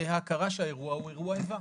ההכרה שהאירוע הוא אירוע איבה.